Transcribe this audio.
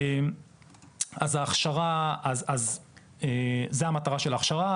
אז זו המטרה של ההכשרה,